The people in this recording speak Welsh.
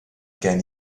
gen